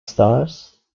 stars